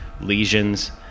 lesions